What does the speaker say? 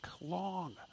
long